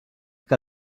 que